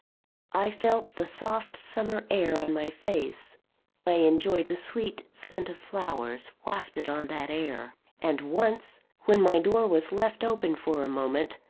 i felt the soft summer air on my face i enjoyed the sweet scent of flowers, wafted on that air and once, when my door was left open for a moment,